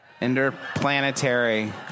interplanetary